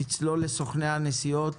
תצלול לסוכני הנסיעות,